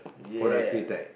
for the archery tag